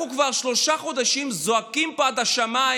אנחנו כבר שלושה חודשים זועקים פה עד השמיים